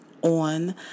on